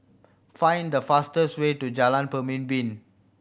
find the fastest way to Jalan Pemimpin